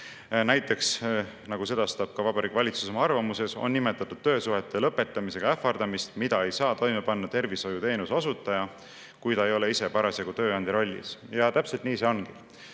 Näiteks, nagu sedastab Vabariigi Valitsus oma arvamuses, on nimetatud töösuhete lõpetamisega ähvardamist, mida ei saa toime panna tervishoiuteenuse osutaja, kui ta ei ole ise parasjagu tööandja rollis. Ja täpselt nii see ongi.